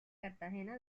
cartagena